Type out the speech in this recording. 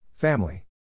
Family